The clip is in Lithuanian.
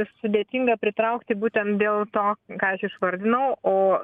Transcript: sudėtinga pritraukti būtent dėl to ką aš išvardinau o